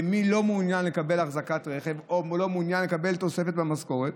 ומי לא מעוניין לקבל אחזקת רכב או לא מעוניין לקבל תוספת במשכורת?